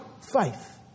faith